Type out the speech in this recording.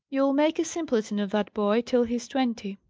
you'll make a simpleton of that boy till he's twenty!